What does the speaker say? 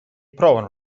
provano